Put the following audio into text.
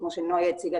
כמו שנויה הציגה,